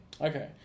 Okay